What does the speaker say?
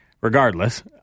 Regardless